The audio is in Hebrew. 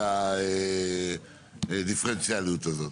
הדיפרנציאליות הזאת.